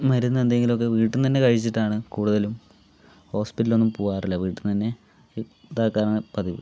മരുന്ന് എന്തെങ്കിലുമൊക്കെ വീട്ടിൽനിന്നുതന്നെ കഴിച്ചിട്ടാണ് കൂടുതലും ഹോസ്പിറ്റലിലൊന്നും പോവാറില്ല വീട്ടിൽനിന്നുതന്നെ ഇതാക്കാറാണ് പതിവ്